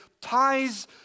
ties